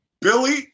Billy